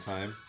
Time